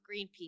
Greenpeace